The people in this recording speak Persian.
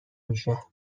میشه